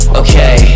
okay